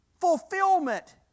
fulfillment